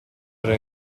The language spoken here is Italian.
era